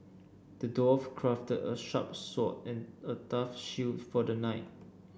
the dwarf crafted a sharp sword and a tough shield for the knight